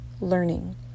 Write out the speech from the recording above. learning